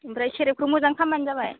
ओमफ्राय सेरेबखो मोजां खालामब्लानो जाबाय